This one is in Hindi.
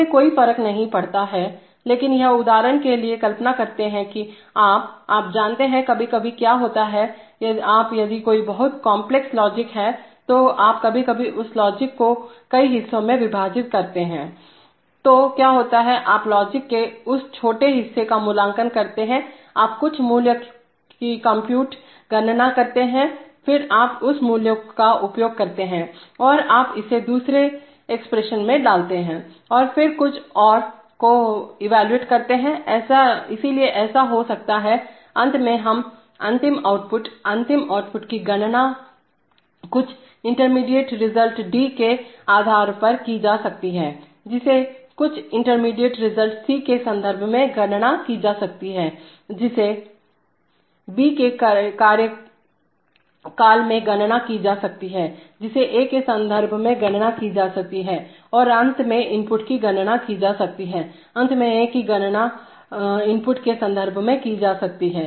इससे कोई फर्क नहीं पड़ता है लेकिन यह उदाहरण के लिए कल्पना करते है कि आप हैं आप जानते हैं कभी कभी क्या होता है आप यदि कोई बहुत कांपलेक्स लॉजिक हैतो आप कभी कभी उस लॉजिक को कई हिस्सों में विभाजित हैं तो क्या होता है आप लॉजिक के कुछ छोटे हिस्से का मूल्यांकन करते हैं आप कुछ मूल्य की कंप्यूटगणना करते हैं फिर आप उस मूल्य का उपयोग करते हैं और आप इसे दूसरी एक्सप्रेशन में डालते हैं और फिर कुछ और को इवेलुएट करते हैं इसलिए ऐसा हो सकता है अंत में हम अंतिम आउटपुट अंतिम आउटपुट की गणना कुछ इंटरमीडिएट रिजल्ट D के आधार पर की जा सकती है जिसे कुछ इंटरमीडिएट रिजल्ट C के संदर्भ में गणना की जा सकती है जिसे B के कार्यकाल में गणना की जा सकती है जिसे A के संदर्भ में गणना की जा सकती है और अंत में इनपुट की गणना की जा सकती है अंत में A की गणना इनपुट के संदर्भ में की जा सकती है